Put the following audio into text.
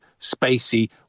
Spacey